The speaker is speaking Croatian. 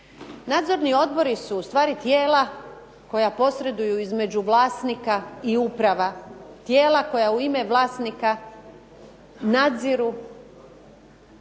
Nadzorni odbori su ustvari tijela koja posreduju između vlasnika i uprava tijela koja u ime vlasnika nadziru